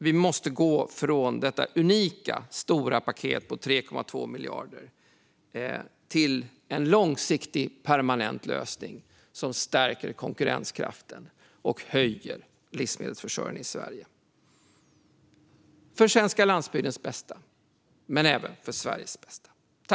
Vi måste gå från detta unikt stora paket på 2,3 miljarder till en långsiktig, permanent lösning som stärker konkurrenskraften och ökar livsmedelsförsörjningen i Sverige - för den svenska landsbygdens bästa men även för Sveriges bästa.